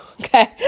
okay